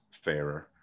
fairer